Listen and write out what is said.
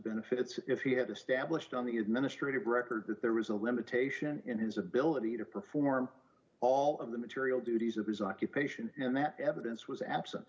benefits if he had established on the administrative record that there was a limitation in his ability to perform all of the material duties of his occupation and that evidence was absen